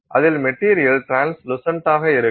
அதில் மெட்டீரியல் ட்ரான்ஸ்லுசன்டாக இருக்கும்